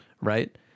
right